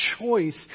choice